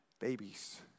babies